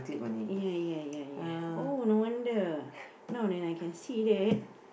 ya ya ya ya oh no wonder now that I can see that